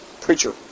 preacher